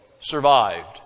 survived